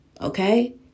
okay